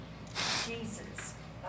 Jesus